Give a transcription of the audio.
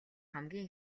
хамгийн